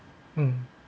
mm